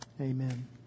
Amen